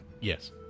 Yes